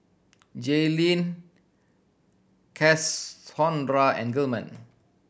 Jayleen and Gilman